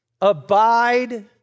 abide